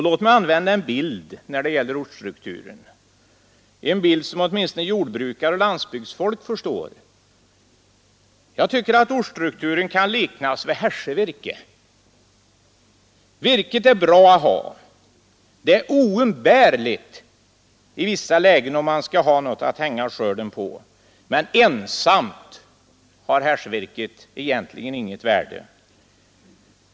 Låt mig använda en bild när det gäller ortsstrukturen, en bild som åtminstone jordbrukare och landsbygdsfolk förstår. Jag tycker att ortsstrukturen kan liknas vid hässjevirke: virket är bra att ha, det är oumbärligt i vissa lägen om man skall ha något att hänga skörden på, men ensamt har hässjevirket egentligen inget värde.